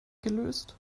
gelöst